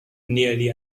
nearly